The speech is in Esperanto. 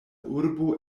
urbo